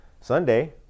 Sunday